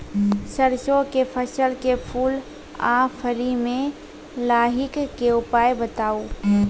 सरसों के फसल के फूल आ फली मे लाहीक के उपाय बताऊ?